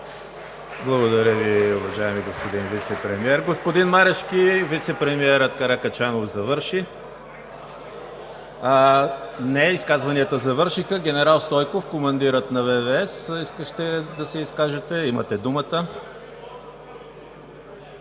Благодаря Ви, уважаеми господин Вицепремиер. Господин Марешки, вицепремиерът Каракачанов завърши. Изказванията завършиха. Генерал Стойков – командирът на ВВС, искаше да се изкаже. Имате думата.